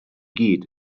gyd